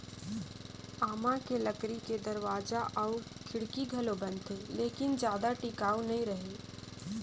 आमा के लकरी के दरवाजा अउ खिड़की घलो बनथे लेकिन जादा टिकऊ नइ रहें